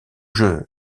jeux